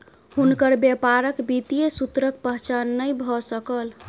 हुनकर व्यापारक वित्तीय सूत्रक पहचान नै भ सकल